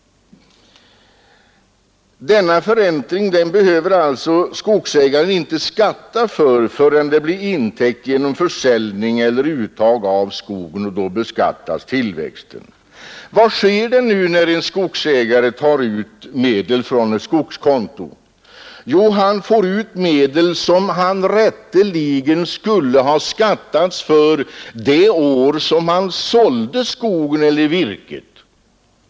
Skogsägaren behöver alltså inte skatta för denna förräntning förrän det blir en intäkt genom försäljning eller uttag av skogen, och då beskattas tillväxten. Vad sker när en skogsägare tar ut medel från ett skogskonto? Jo, han får ut medel som han rätteligen skulle ha beskattats för de år under vilka han sålde skogen eller virket.